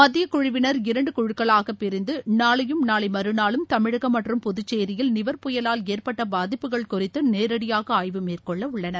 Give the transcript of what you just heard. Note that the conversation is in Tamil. மத்தியக்குழுவினர் இரண்டு குழுக்களாகப் பிரிந்து நாளையும் நாளை மறுநாளும் தமிழகம் மற்றும் புதுச்சேரியில் நிவர் புயலால் ஏற்பட்ட பாதிப்புகள் குறித்து நேரடியாக ஆய்வு மேற்கொள்ள உள்ளனர்